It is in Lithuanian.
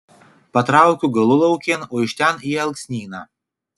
patraukiu galulaukėn o iš ten į alksnyną